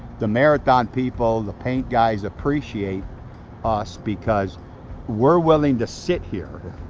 the marathon people, the paint guys, appreciate us because we're willing to sit here